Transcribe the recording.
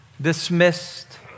dismissed